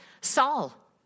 Saul